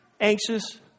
anxious